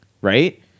right